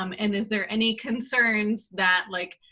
um and is there any concerns that like,